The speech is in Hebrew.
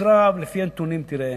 תקרא לפי הנתונים ותראה